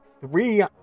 three